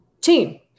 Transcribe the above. team